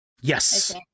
Yes